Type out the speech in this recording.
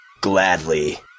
Gladly